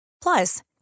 Plus